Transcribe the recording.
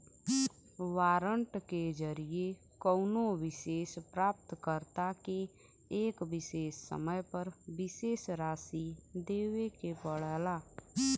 warrant के जरिये कउनो विशेष प्राप्तकर्ता के एक विशेष समय पर विशेष राशि देवे के पड़ला